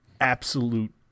absolute